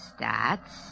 Stats